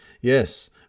yes